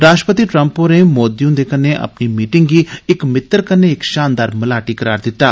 राष्ट्रपति ट्रम्प होरें मोदी हुंदे कन्नै अपनी बैठका गी इक मित्तर कन्नै इक शानदार मीटिंग करार दित्ता